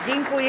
Dziękuję.